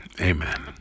Amen